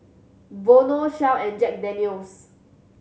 Vono Shell and Jack Daniel's